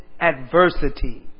adversity